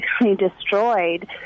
destroyed